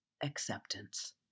Acceptance